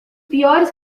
piores